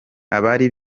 abari